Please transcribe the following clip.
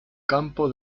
campo